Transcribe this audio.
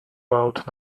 out